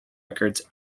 records